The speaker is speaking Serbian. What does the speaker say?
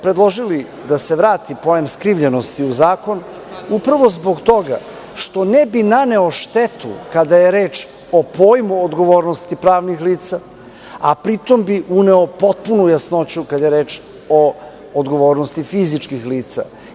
Predložili smo da se vrati pojam skrivljenosti u Zakon zbog toga što ne bi naneo štetu kada je reč o pojmu odgovornosti pravnih lica, a pritom bi uneo potpunu jasnoću kada je reč o odgovornosti fizičkih lica.